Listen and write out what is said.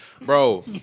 bro